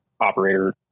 operator